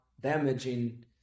damaging